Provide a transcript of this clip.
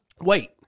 Wait